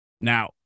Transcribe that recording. Now